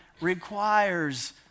requires